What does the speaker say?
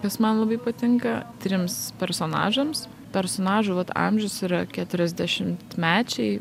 nes man labai patinka trims personažams personažų amžius yra keturiasdešimtmečiai